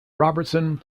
robertson